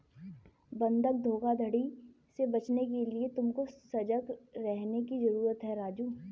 बंधक धोखाधड़ी से बचने के लिए तुमको सजग रहने की जरूरत है राजु